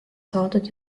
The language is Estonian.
saadud